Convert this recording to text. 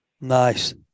Nice